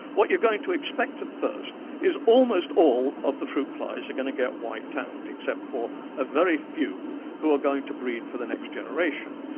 what you're going to expect at first is that almost all of the fruit flies are going to get wiped out except for a very few who are going to breed for the next generation.